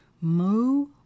moo